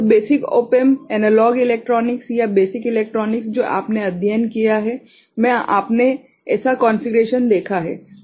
तो basic op एम्पbasic op amp analogue electronics या बेसिक इलेक्ट्रॉनिक्स जो आपने अध्ययन किया है में आपने ऐसा कॉन्फ़िगरेशन देखा है